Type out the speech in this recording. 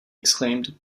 exclaimed